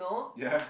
ya